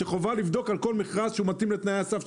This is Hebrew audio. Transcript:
שחובה לבדוק בכל מכרז שהוא מתאים לתנאי הסף,